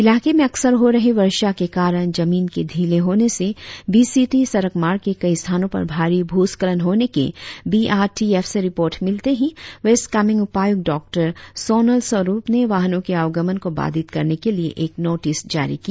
इलाके में अक्सर हो रहे वर्षा के कारण जमीन के ढीले होने से बी सी टी सड़क मार्ग के कई स्थानो पर भारी भूस्खलन होने के बी आर टी एफ से रिपोर्ट मिलते ही वेस्ट कामेंग उपायुक्त डॉ सोनल स्वरुप ने वाहनों के अवगमन को बाधित करने के लिए एक नोटिस जारी किया